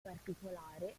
particolare